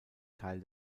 teil